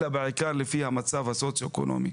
אלא בעיקר לפי המצב הסוציו-אקונומי.